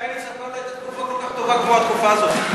לשטייניץ אף פעם לא הייתה תקופה טובה כמו התקופה הזאת.